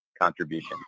contribution